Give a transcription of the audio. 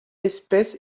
espèce